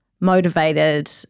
motivated